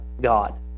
God